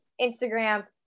Instagram